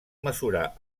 mesurar